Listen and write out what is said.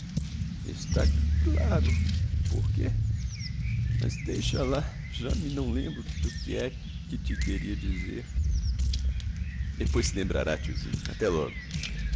está c claro por quê mas deixa lá já me não lembro do que é que te queria dizer depois se lembrará tiozinho até logo